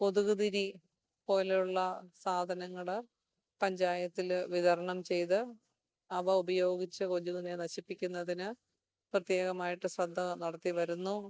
കൊതുകുതിരി പോലുള്ള സാധനങ്ങൾ പഞ്ചായത്തിൽ വിതരണം ചെയ്തു അവ ഉപയോഗിച്ചു കൊതുകിനെ നശിപ്പിക്കുന്നതിന് പ്രത്യേകമായിട്ട് ശ്രദ്ധ നടത്തി വരുന്നു